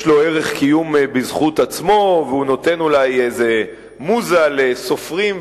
לו ערך קיום בזכות עצמו והוא נותן אולי איזו מוזה לסופרים ולאמנים,